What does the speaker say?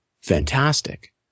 fantastic